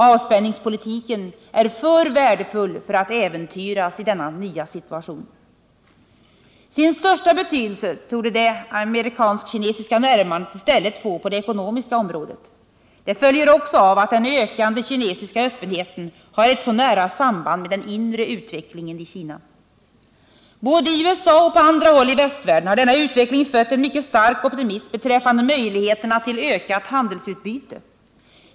Avspänningspolitiken är för värdefull för att äventyras i denna nya situation. Sin största betydelse torde det amerikansk-kinesiska närmandet i stället få på det ekonomiska området. Det följer också av att den ökande kinesiska öppenheten har ett så nära samband med den inre utvecklingen i Kina. Både i USA och på andra håll i västvärlden har denna utveckling fött en mycket stark optimism beträffande möjligheterna till ökat handelsutbyte.